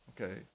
Okay